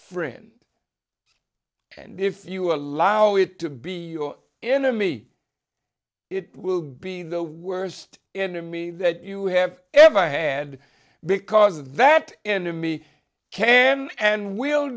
friend and if you allow it to be your enemy it will be the worst enemy that you have ever had because that enemy can and will